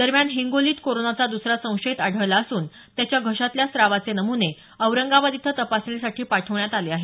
दरम्यान हिंगोलीत कोरोनाचा दुसरा संशयित आढळला असून त्याच्या घशातल्या स्रावाचे नम्ने औरंगाबाद इथं तपासणीसाठी पाठवण्यात आले आहेत